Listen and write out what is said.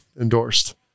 endorsed